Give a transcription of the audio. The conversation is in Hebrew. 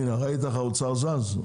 ראית איך האוצר זז?